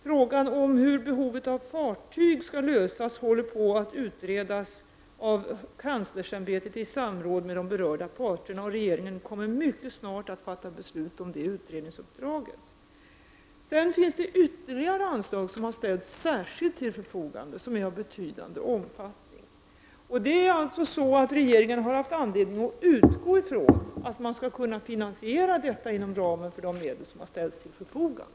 Frågan om hur behovet av fartyg skall täckas håller på att utredas av kanslersämbetet i samråd med de berörda parterna. Regeringen kommer mycket snart att fatta beslut om det utredningsuppdraget. Sedan finns det ytterligare anslag som särskilt har ställts till förfogande och som är av betydande omfattning. Regeringen har alltså haft anledning att utgå från att man skall kunna finansiera detta inom ramen för de medel som har ställts till förfogande.